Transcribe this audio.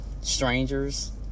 strangers